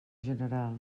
general